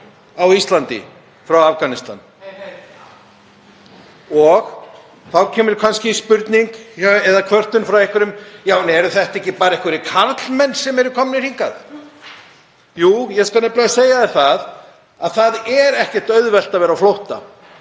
á Íslandi. Þá kemur kannski spurning eða kvörtun frá einhverjum: Já, en eru þetta ekki bara einhverjir karlmenn sem eru komnir hingað? Jú, ég skal nefnilega segja þér það: Það er ekki auðvelt að vera á flótta.